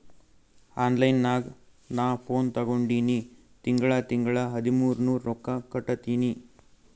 online ನಾಗ್ ನಾ phone ತಗೊಂಡಿನಿ ತಿಂಗಳಾ ತಿಂಗಳಾ ಹದಿಮೂರ್ ನೂರ್ ರೊಕ್ಕಾ ಕಟ್ಟತ್ತಿನಿ